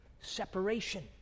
separation